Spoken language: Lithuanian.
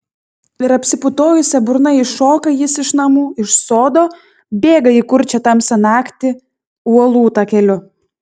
ir apsiputojusia burna iššoka jis iš namų iš sodo bėga į kurčią tamsią naktį uolų takeliu